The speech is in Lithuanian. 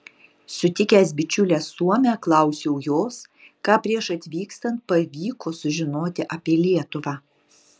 sutikęs bičiulę suomę klausiau jos ką prieš atvykstant pavyko sužinoti apie lietuvą